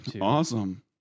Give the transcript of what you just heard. Awesome